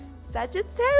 sagittarius